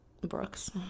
Brooks